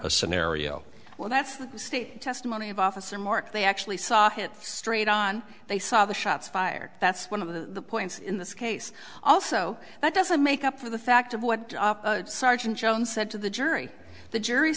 a scenario well that's the state testimony of officer mark they actually saw him straight on they saw the shots fired that's one of the points in this case also that doesn't make up for the fact of what sergeant jones said to the jury the jury